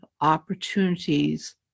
opportunities